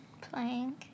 Playing